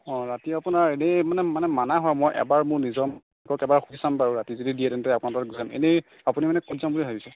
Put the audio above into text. অ ৰাতি আপোনাৰ এনে মানে মানে মানা হয় মই এবাৰ মোৰ নিজৰ সুধি চাম বাও ৰাতি যদি দিয়ে তেন্তে আপোনাৰ এনে আপুনি মানে ক'ত যাম বুলি ভাবিছে